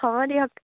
হ'ব দিয়ক